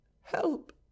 Help